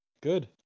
Good